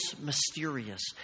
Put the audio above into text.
mysterious